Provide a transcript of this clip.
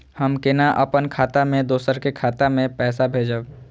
हम केना अपन खाता से दोसर के खाता में पैसा भेजब?